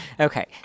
Okay